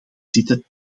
zitten